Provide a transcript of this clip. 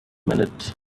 minute